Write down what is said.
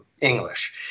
English